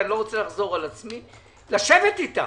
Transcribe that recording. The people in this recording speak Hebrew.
לשבת אתם,